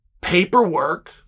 paperwork